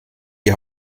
die